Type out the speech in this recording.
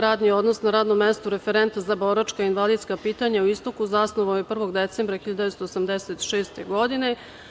Radni odnos na radnom mestu referenta za boračka i invalidska pitanja u Istoku zasnovao je 1. decembra 1986. godine.